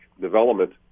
development